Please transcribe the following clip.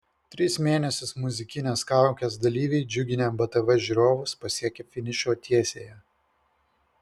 tris mėnesius muzikinės kaukės dalyviai džiuginę btv žiūrovus pasiekė finišo tiesiąją